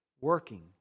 working